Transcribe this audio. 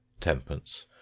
tenpence